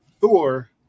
Thor